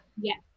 yes